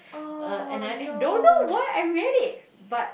err and I don't know why I read it but